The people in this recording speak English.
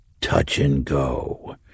touch-and-go